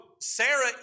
Sarah